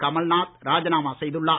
கமல்நாத் ராஜிநாமா செய்துள்ளார்